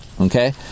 Okay